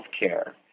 healthcare